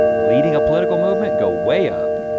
leading a political movement go way up.